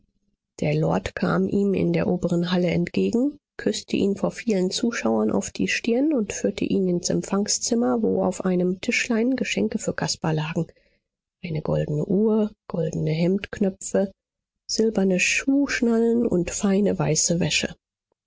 der lord kam ihm in der oberen halle entgegen küßte ihn vor vielen zuschauern auf die stirn und führte ihn ins empfangszimmer wo auf einem tischlein geschenke für caspar lagen eine goldene uhr goldene hemdknöpfe silberne schuhschnallen und feine weiße wäsche